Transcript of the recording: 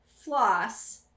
floss